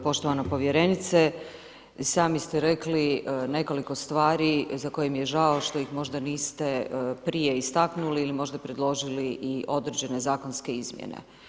Poštovana povjerenice, i sami ste rekli i nekoliko stari za koje mi je žao što ih možda niste prije istaknuli ili možda i predložili određene zakonske izmjene.